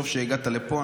טוב שהגעת לפה,